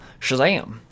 shazam